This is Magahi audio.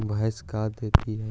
भैंस का देती है?